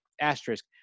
asterisk